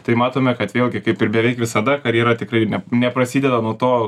tai matome kad vėlgi kaip ir beveik visada karjera tikrai ne neprasideda nuo to